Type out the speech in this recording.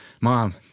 mom